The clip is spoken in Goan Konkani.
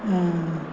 आं